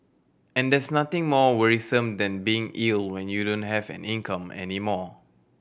and there's nothing more worrisome than being ill when you don't have an income any more